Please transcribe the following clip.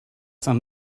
some